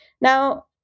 Now